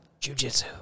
jujitsu